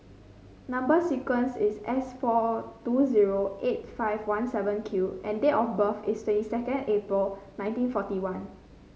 number sequence is S four two zero eight five one seven Q and date of birth is twenty second April nineteen forty one